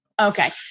okay